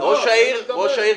ראש העיר,